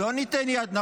על מה היה אסור לדון?